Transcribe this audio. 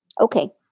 Okay